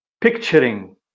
picturing